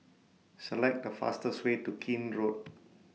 Select The fastest Way to Keene Road